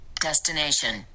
Destination